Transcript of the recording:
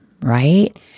right